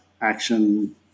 action